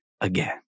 again